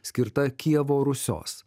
skirta kijevo rusios